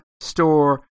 Store